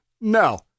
No